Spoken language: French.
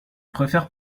préfère